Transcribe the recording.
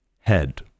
head